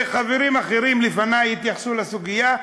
וחברים לפני התייחסו לסוגיה,